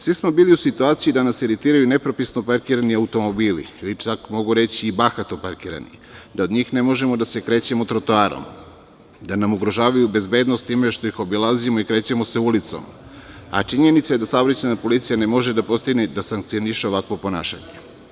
Svi smo bili u situaciji da nas iritiraju nepropisno parkirani automobili ili čak mogu reći i bahato parkirani, da od njih ne možemo da se krećemo trotoarom, da nam ugrožavaju bezbednost time što ih obilazimo i krećemo se ulicom, a činjenica je da saobraćajna policija ne može da postigne da sankcioniše ovakvo ponašanje.